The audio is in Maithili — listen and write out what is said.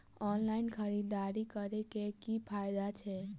ऑनलाइन खरीददारी करै केँ की फायदा छै?